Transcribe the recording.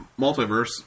multiverse